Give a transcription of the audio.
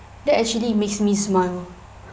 that actually makes me smile